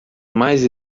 mais